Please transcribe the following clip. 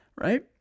Right